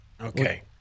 Okay